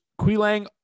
Quilang